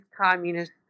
communist